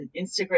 Instagram